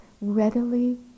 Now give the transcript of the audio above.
readily